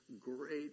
Great